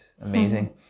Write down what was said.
amazing